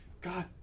God